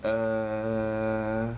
err